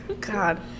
God